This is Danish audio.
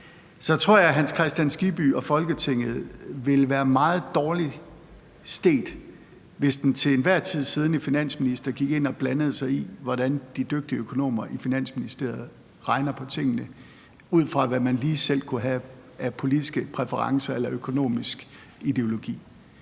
tror jeg, Hans Kristian Skibby og Folketinget ville være meget dårligt stedt, hvis den til enhver tid siddende finansminister gik ind og blandede sig i, hvordan de dygtige økonomer i Finansministeriet regner på tingene, ud fra hvad man lige selv kunne have af politiske præferencer eller økonomisk ideologi.